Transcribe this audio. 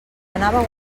anava